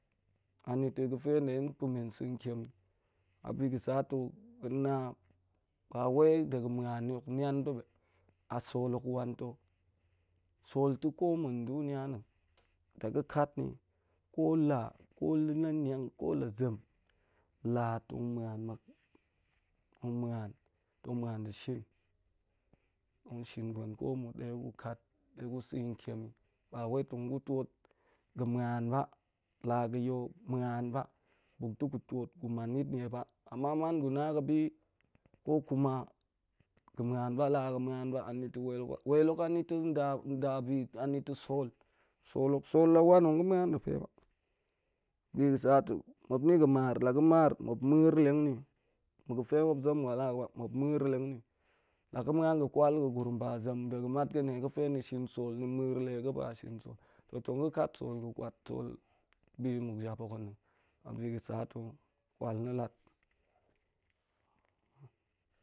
Anita̱ ga̱fe nden pa̱men sa̱ntiem a bi ga̱ sa ta̱ ga̱ na, bawel de ga̱n muan ntiem hok nian ba bee, a sol hok wan ta̱ sol ta̱ komma̱ nduniya na̱ ta ga̱ komma̱ nduniya na̱ la ga̱ kat ni, ko la ko la zem la tong muan muan, mmuan da̱ shin, tong shin gwen ko mma̱ ɗe gu shin de gu sa̱i ntiem i ba wei tong gu twot ga̱ muan ba, la ga̱ yo matan ba, buk da̱ gu twot, gu man yitnie ba, amma man gy na ga̱bi ko kuma ga̱ muan ba la muan ba ta̱ wel ba, wel hok a nita̱ sol, sol hok sol la wan nga̱ muan da̱pe ba bi sat muop yin ga̱ mar la ga̱ mar, muep miir leng nyi ma̱ ga̱fe muep zem wal ba miir leng nyi, la ga̱ muan ga̱ kwal nda̱ gurum ba zem ga̱n mat ga̱ niepe, tong ga̱ kat sol ga̱n kwat sol jap hol a nnang? A ɓi ga̱ sa ta̱ kwal na̱ lat.